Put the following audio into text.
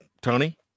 Tony